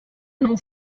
non